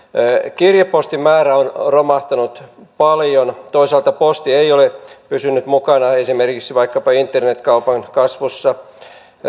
kirjepostin määrä on romahtanut paljon toisaalta posti ei ole pysynyt mukana esimerkiksi vaikkapa internet kaupan kasvussa